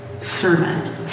sermon